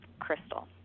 crystal